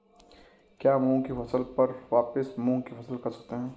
क्या मूंग की फसल पर वापिस मूंग की फसल कर सकते हैं?